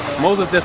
moses,